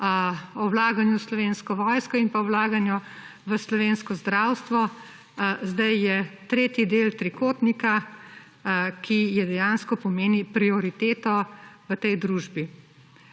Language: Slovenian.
o vlaganju v Slovensko vojsko in pa vlaganju v slovensko zdravstvo. Sedaj je tretji del trikotnika, ki dejansko pomeni prioriteto v tej družbi.